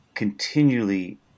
continually